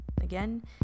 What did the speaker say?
Again